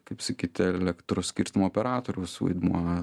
kaip sakyt elektros skirstymo operatoriaus vaidmuo